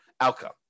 outcome